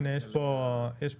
הנה יש פה חידוד.